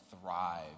thrive